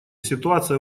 ситуация